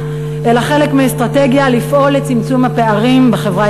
חלק מאסטרטגיה לפעול לצמצום הפערים בחברה